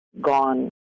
gone